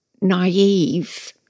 naive